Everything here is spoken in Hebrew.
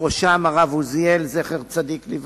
בראשם הרב עוזיאל זצ"ל,